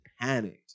panicked